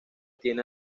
tiene